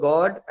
God